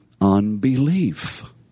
unbelief